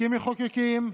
כמחוקקים,